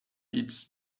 eats